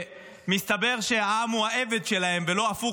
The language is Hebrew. מסתבר שהעם הוא העבד שלהם ולא הפוך,